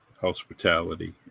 hospitality